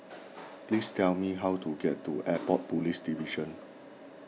please tell me how to get to Airport Police Division